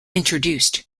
introduced